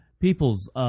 people's